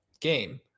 game